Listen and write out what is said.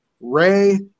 Ray